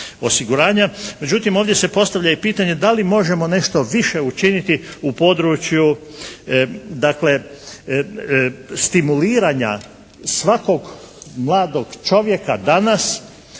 Međutim ovdje se postavlja i pitanje da li možemo nešto više učiniti u području dakle stimuliranja svakog mladog čovjeka danas